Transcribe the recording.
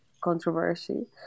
controversy